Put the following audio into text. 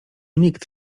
nikt